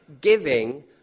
giving